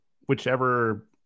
whichever